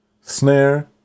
snare